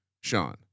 Sean